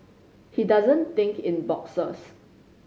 he doesn't think in boxes